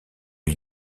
lui